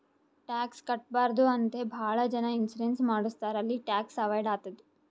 tax ಕಟ್ಬಾರ್ದು ಅಂತೆ ಭಾಳ ಜನ ಇನ್ಸೂರೆನ್ಸ್ ಮಾಡುಸ್ತಾರ್ ಅಲ್ಲಿ ಟ್ಯಾಕ್ಸ್ ಅವೈಡ್ ಆತ್ತುದ್